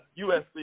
USC